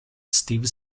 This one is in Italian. steve